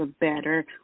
better